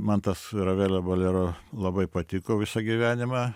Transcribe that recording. man tas ravelio bolero labai patiko visą gyvenimą